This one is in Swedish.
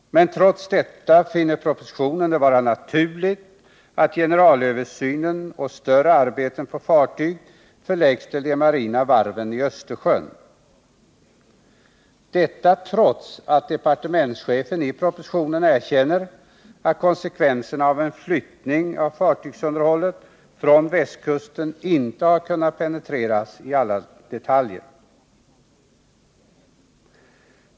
Men trots detta finner departementschefen i propositionen det vara naturligt att generalöversynen och större arbeten på fartyg förläggs till de marina varven i Östersjön. Detta trots att han erkänner att konsekvenserna av en flyttning av fartygsunderhållet från Västkusten inte har hunnit penetreras i alla detaljer.